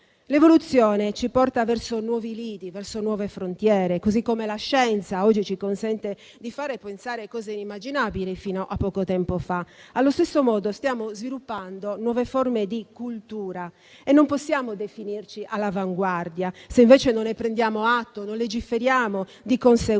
L'evoluzione ci porta verso nuovi lidi e nuove frontiere, così come la scienza che oggi ci consente di fare e pensare cose inimmaginabili fino a poco tempo fa. Allo stesso modo, stiamo sviluppando nuove forme di cultura e non possiamo definirci all'avanguardia, se invece non ne prendiamo atto e non legiferiamo di conseguenza,